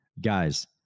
guys